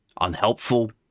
unhelpful